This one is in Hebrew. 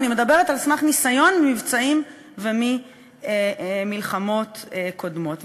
ואני מדברת על סמך ניסיון ממבצעים וממלחמות קודמים.